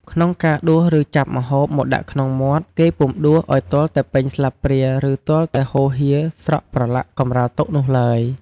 ក្នុងការដួសឬចាប់ម្ហូបមកដាក់ក្នុងមាត់ គេពុំដួសឲ្យទាល់តែពេញស្លាបព្រាឬទាល់តែហូរហៀរស្រក់ប្រឡាក់កម្រាលតុនោះឡើយ ។